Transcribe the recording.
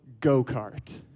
go-kart